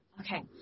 Okay